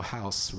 House